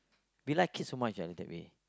we like it so much ya in that way